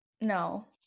No